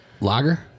lager